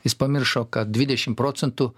jis pamiršo kad dvidešim procentų